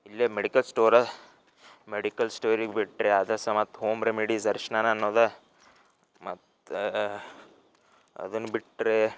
ಇಲ್ಲಿ medical store medical ಸ್ಟೋರಿಗೆ ಬಿಟ್ಟರೆ ಅದೇ ಸ ಮತ್ತು ಹೋಮ್ ರೆಮಿಡೀಸ್ ಅರ್ಶಿನನ ಅನ್ನೋದು ಮತ್ತು ಅದನ್ನು ಬಿಟ್ಟರೆ